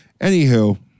anywho